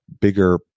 bigger